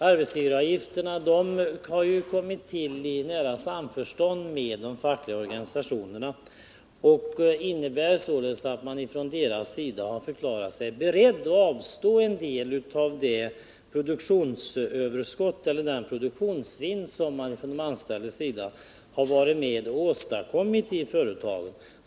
Arbetsgivaravgifterna har genomförts i nära samförstånd med de fackliga organisationerna och har finansierats genom att dessa har förklarat sig beredda att avstå från en del av det produktionsöverskott eller den produktionsvinst som de anställda varit med om att åstadkomma i företagen.